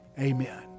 Amen